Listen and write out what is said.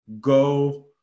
go